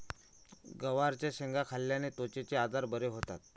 गवारच्या शेंगा खाल्ल्याने त्वचेचे आजार बरे होतात